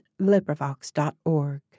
LibriVox.org